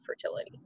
fertility